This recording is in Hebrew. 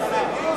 אני דיברתי.